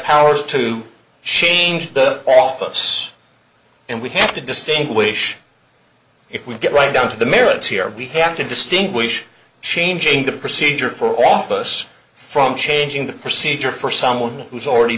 powers to change the office and we have to distinguish if we get right down to the merits here we have to distinguish changing the procedure for office from changing the procedure for someone who's already